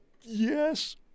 Yes